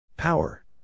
Power